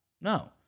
No